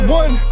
one